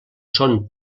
són